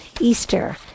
Easter